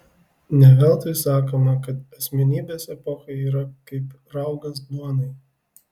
ne veltui sakoma kad asmenybės epochai yra kaip raugas duonai